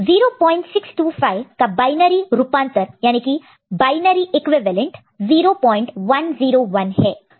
0625 का बायनरी रूपांतर याने की बायनरी इक्विवेलेंट 0101 है